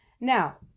Now